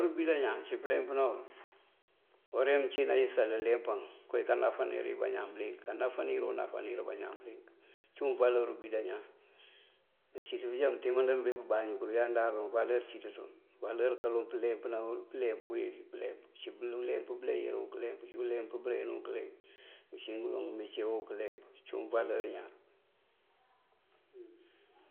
Ubida ñaan ací pëleempa wul. Uwora wí mëcí wí nayësal leempan kowí kanáfánir wí bañaan bëliyëŋ. Kanáfánirú unáfánir bañaan bëliŋ cúun waloor ubida ñaan. Cíiţ pëjá mëntimandër bí pëbáañu karu yandáaruŋ waloor cíiţ ţul. waloor kaloŋ pëleepëna wul pëleemp wí pëleemp cíwuleemp bëlayíiru këleemp, ciwuleemp bëreenú këleemp, ucí uloŋ umecee wu këleemp cíwuŋ waloor ñaan.